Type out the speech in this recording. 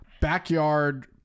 backyard